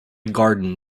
garden